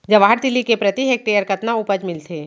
जवाहर तिलि के प्रति हेक्टेयर कतना उपज मिलथे?